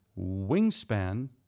wingspan